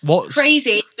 crazy